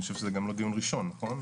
אני חושב שזה גם לא דיון ראשון, נכון?